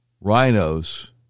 rhinos